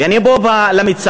וכאן לעניין המיצ"ב,